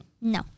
No